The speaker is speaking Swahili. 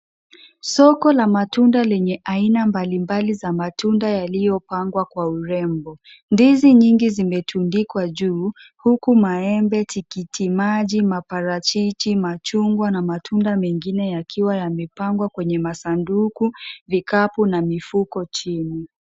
Soko la matunda lenye aina mbali mbali za matunda yaliyopangwa kwa urembo. Ndizi nyingi zimetundikwa juu, huku maembe, tikiti maji, maparachichi, machungwa na matunda mengine yakiwa yamepangwa kwenye masanduku, vikapu na mifuko chini.